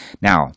Now